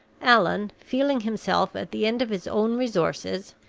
allan, feeling himself at the end of his own resources,